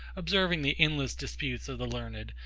observing the endless disputes of the learned,